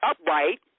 upright